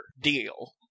deal